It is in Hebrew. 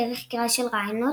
דרך קריאה של רעיונות,